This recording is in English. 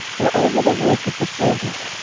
were over the work of the service,